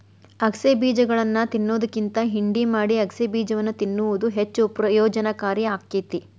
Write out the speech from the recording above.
ಅಗಸೆ ಬೇಜಗಳನ್ನಾ ತಿನ್ನೋದ್ಕಿಂತ ಹಿಂಡಿ ಮಾಡಿ ಅಗಸೆಬೇಜವನ್ನು ತಿನ್ನುವುದು ಹೆಚ್ಚು ಪ್ರಯೋಜನಕಾರಿ ಆಕ್ಕೆತಿ